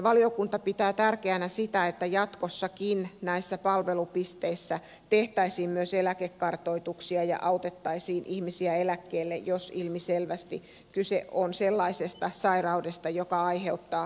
valiokunta pitää tärkeänä sitä että jatkossakin näissä palvelupisteis sä tehtäisiin myös eläkekartoituksia ja autettaisiin ihmisiä eläkkeelle jos ilmiselvästi kyse on sellaisesta sairaudesta joka aiheuttaa työkyvyttömyyden